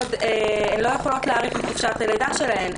לא יכולות להאריך את חופשת הלידה שלהן,